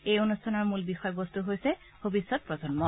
এই অনুষ্ঠানৰ মূল বিষয়বস্তু হৈছে ভৱিষ্যৎ প্ৰজন্ম